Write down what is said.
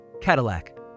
Cadillac